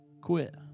quit